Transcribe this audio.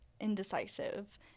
indecisive